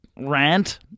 rant